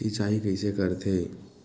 सिंचाई कइसे करथे?